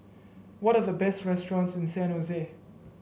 what are the best restaurants in San Jose